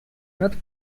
not